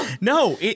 No